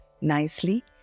nicely